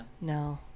No